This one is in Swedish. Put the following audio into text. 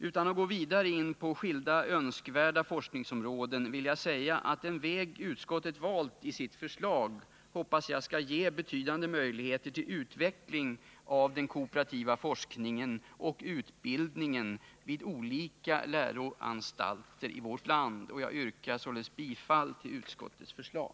Utan att gå vidare in på skilda önskvärda forskningsområden vill jag säga att jag hoppas den väg utskottet valt i sitt förslag skall ge betydande möjligheter till utveckling av den kooperativa forskningen och utbildningen vid olika läroanstalter i vårt land. Jag yrkar således bifall till utskottets förslag.